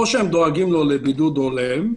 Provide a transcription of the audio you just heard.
או הם דואגים לו לבידוד הולם,